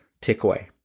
takeaway